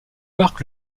marque